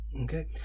Okay